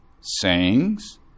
Sayings